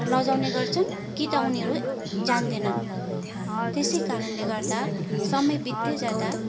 लजाउने गर्छन् कि त उनीहरू जान्दैनन् त्यसै कारणले गर्दा समय बित्दै जाँदा